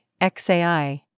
XAI